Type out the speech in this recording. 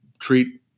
treat